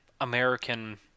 American